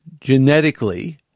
genetically